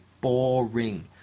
boring